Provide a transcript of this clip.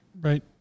Right